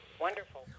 Wonderful